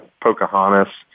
Pocahontas